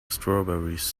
strawberries